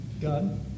God